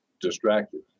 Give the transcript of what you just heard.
distracted